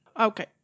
okay